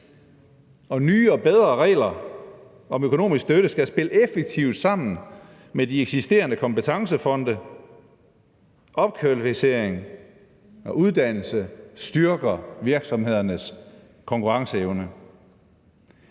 og nye og bedre regler om økonomisk støtte skal spille effektivt sammen med de eksisterende kompetencefonde. Opkvalificering og uddannelse styrker virksomhedernes konkurrenceevne.